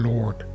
Lord